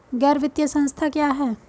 गैर वित्तीय संस्था क्या है?